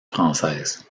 française